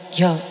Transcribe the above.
yo